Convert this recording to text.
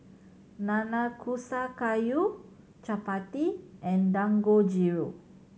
Nanakusa Gayu Chapati and Dangojiru